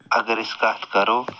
اگر أسۍ کتھ کَرو